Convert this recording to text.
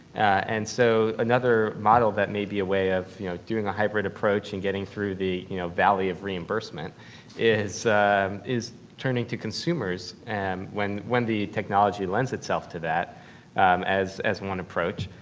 and so, another model that may be a way of you know doing a hybrid approach and getting through the you know valley of reimbursement is is turning to consumers and when when the technology lends itself to that as as one approach.